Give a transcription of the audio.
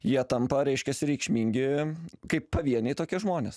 jie tampa reiškiasi reikšmingi kaip pavieniai tokie žmonės